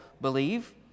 believe